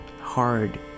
hard